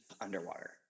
underwater